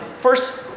First